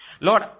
Lord